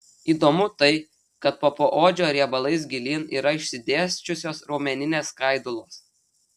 įdomu tai kad po poodžio riebalais gilyn yra išsidėsčiusios raumeninės skaidulos